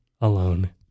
alone